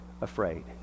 afraid